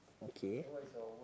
okay